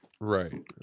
Right